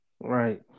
right